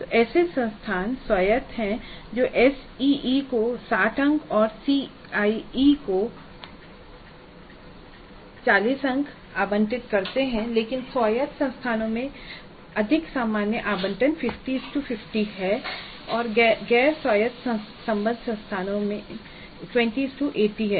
तो ऐसे संस्थान स्वायत्त हैं जो एसईई को 60 अंक और सीआईई को 40 अंक आवंटित करते हैं लेकिन स्वायत्त संस्थान में अधिक सामान्य आवंटन 5050 है और गैर स्वायत्त संबद्ध संस्थान 2080 हैं